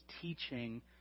teaching